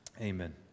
Amen